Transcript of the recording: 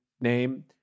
name